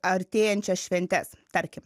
artėjančias šventes tarkim